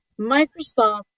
Microsoft